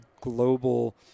global